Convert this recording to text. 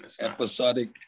Episodic